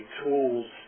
tools